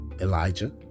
Elijah